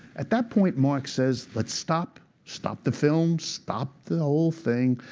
at that point, marx says let's stop. stop the film. stop the whole thing,